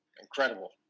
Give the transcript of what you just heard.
incredible